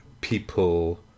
people